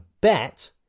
bet